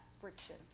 friction